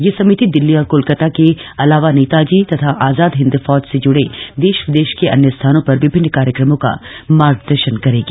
यह समिति दिल्ली और कोलकाता के अलावा नेताजी तथा आजाद हिंद फौज से जुड़े देश विदेश के अन्य स्थानों पर विभिन्न कार्यक्रमों का मार्गदर्शन करेगी